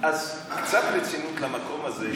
אז קצת רצינות למקום הזה.